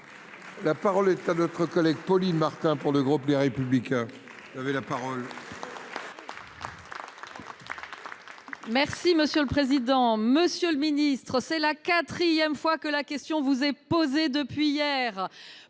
La parole est à notre collègue Pauline Martin pour le groupe Les Républicains. Merci Monsieur le